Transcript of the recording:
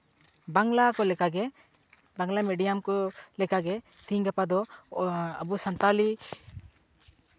ᱵᱟᱝᱞᱟ ᱠᱚ ᱞᱮᱠᱟᱜᱮ ᱵᱟᱝᱞᱟ ᱢᱤᱰᱤᱭᱟᱢ ᱠᱚ ᱞᱮᱠᱟᱜᱮ ᱛᱮᱦᱮᱧ ᱜᱟᱯᱟ ᱫᱚ ᱟᱵᱚ ᱥᱟᱱᱛᱟᱞᱤ